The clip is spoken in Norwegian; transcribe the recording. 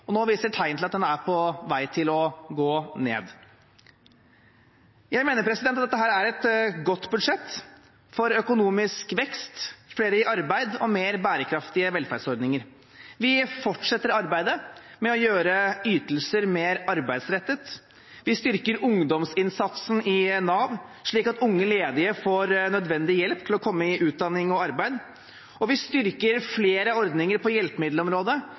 og nå viser den tegn til at den er på vei til å gå ned. Jeg mener at dette er et godt budsjett for økonomisk vekst, flere i arbeid og mer bærekraftige velferdsordninger. Vi fortsetter arbeidet med å gjøre ytelser mer arbeidsrettet. Vi styrker ungdomsinnsatsen i Nav, slik at unge ledige får nødvendig hjelp til å komme i utdanning og arbeid, og vi styrker flere ordninger på hjelpemiddelområdet,